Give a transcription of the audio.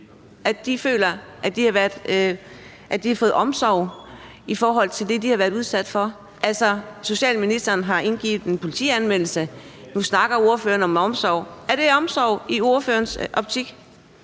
Nexus, føler, at de har fået omsorg i forhold til det, de har været udsat for? Altså, socialministeren har indgivet en politianmeldelse. Nu snakker ordføreren om omsorg. Er det omsorg i ordførerens optik?